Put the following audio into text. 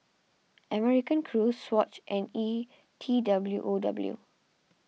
American Crew Swatch and E T W O W